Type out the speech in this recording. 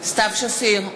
סתיו שפיר,